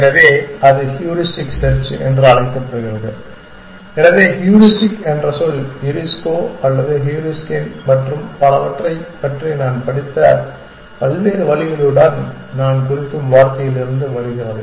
எனவே அது heuristic search என்று அழைக்கப்படுகிறது எனவே ஹூரிஸ்டிக் என்ற சொல் யூரிஸ்கோ அல்லது ஹூரிஸ்கீன் மற்றும் பலவற்றைப் பற்றி நான் படித்த பல்வேறு வழிகளுடன் நான் குறிக்கும் வார்த்தையிலிருந்து வருகிறது